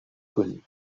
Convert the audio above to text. connu